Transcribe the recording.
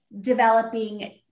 developing